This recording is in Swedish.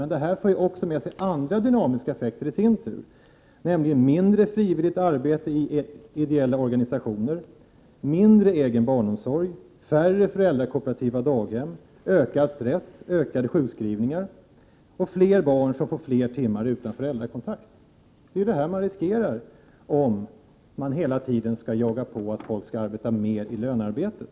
Men det i sin tur för med sig andra dynamiska effekter, nämligen mindre frivilligt arbete i ideella organisationer, mindre egen barnomsorg, färre föräldrakooperativa daghem, ökad stress, ökade sjukskrivningar och fler barn som får fler timmar utan föräldrakontakt. Detta riskerar man om man hela tiden skall jaga på att folk skall arbeta mera i lönearbete.